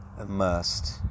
immersed